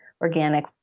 organic